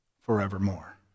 forevermore